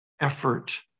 effort